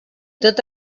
tot